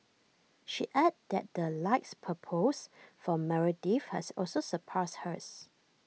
she added that the likes per post for Meredith has also surpassed hers